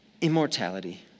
immortality